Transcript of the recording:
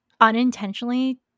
unintentionally